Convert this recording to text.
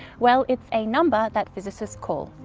well, it's a number that physicists call,